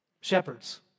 Shepherds